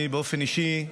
באופן אישי,